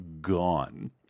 gone